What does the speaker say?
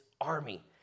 army